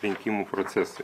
rinkimų procesui